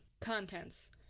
Contents